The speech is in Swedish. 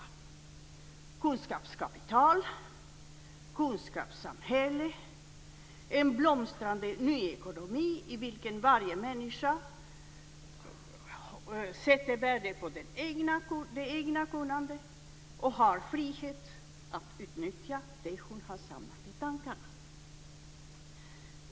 Vi talar om kunskapskapital, om kunskapssamhälle och om en blomstrande ny ekonomi i vilken varje människa sätter värde på det egna kunnandet och har frihet att utnyttja det som hon har samlat i tankarna.